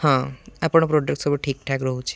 ହଁ ଆପଣଙ୍କ ପ୍ରଡ଼କ୍ଟ ସବୁ ଠିକ୍ ଠାକ୍ ରହୁଛି